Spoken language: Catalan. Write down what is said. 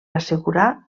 assegurar